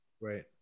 right